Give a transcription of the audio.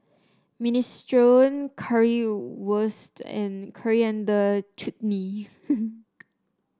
Minestrone Currywurst and Coriander Chutney